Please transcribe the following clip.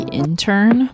intern